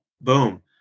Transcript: Boom